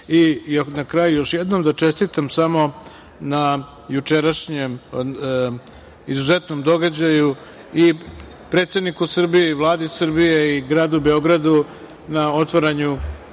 kraju još jednom da čestitam samo na jučerašnjem izuzetnom događaju i predsedniku Srbije i Vladi Srbije i Gradu Beogradu na otvaranju